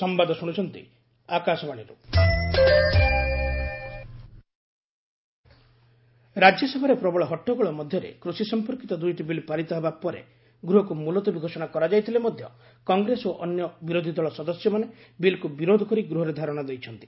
farm bill opposition ରାଜ୍ୟସଭାରେ ପ୍ରବଳ ହଟ୍ଟଗୋଳ ମଧ୍ୟରେ କୃଷି ସମ୍ପର୍କିତ ଦୁଇଟି ବିଲ୍ ପାରିତ ହେବା ପରେ ଗୃହକୁ ମୁଲତବୀ ଘୋଷଣା କରାଯାଇଥିଲେ ମଧ୍ୟ କଂଗ୍ରେସ ଓ ଅନ୍ୟ ବିରୋଧି ଦଳ ସଦସ୍ୟମାନେ ବିଲ୍କୁ ବିରୋଧ କରି ଗୃହରେ ଧାରଣା ଦେଇଛନ୍ତି